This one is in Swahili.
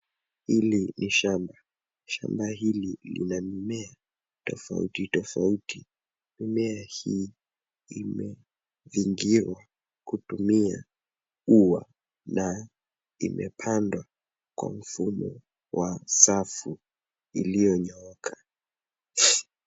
Hili ni shamba. Shamba hili lina mimea tofauti tofauti. Mimea hii imezingirwa kutumia ua na imepandwa kwa mfumo wa safu ilinyooka.